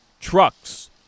trucks